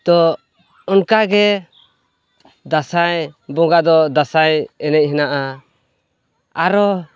ᱛᱚ ᱚᱱᱠᱟᱜᱮ ᱫᱟᱥᱟᱸᱭ ᱵᱚᱸᱜᱟ ᱫᱚ ᱫᱟᱥᱟᱸᱭ ᱮᱱᱮᱡ ᱦᱮᱱᱟᱜᱼᱟ ᱟᱨᱚ